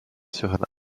sur